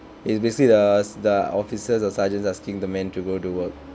it's basically the the officers or sergeants asking the man to go to work